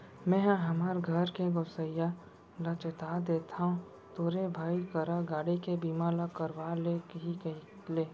मेंहा हमर घर के गोसइया ल चेता देथव तोरे भाई करा गाड़ी के बीमा ल करवा ले ही कइले